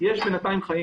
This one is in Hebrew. יש חיים.